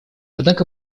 однако